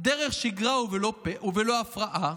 דרך שגרה ובלא הפרעה,